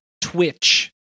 Twitch